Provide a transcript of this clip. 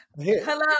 Hello